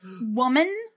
woman